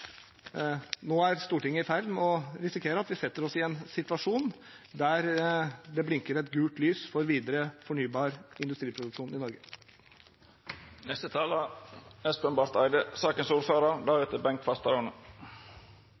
Nå er Stortinget i ferd med å risikere at vi setter oss i en situasjon der det blinker et gult lys for videre fornybar industriproduksjon i